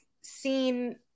seen